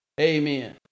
Amen